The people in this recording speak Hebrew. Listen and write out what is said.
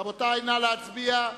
רבותי, נא להצביע.